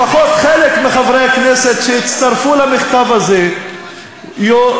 לפחות חלק מחברי הכנסת שהצטרפו למכתב הזה יודעים